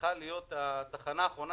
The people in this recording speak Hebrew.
צריכה להיות התחנה האחרונה